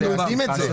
אנחנו יודעים את זה.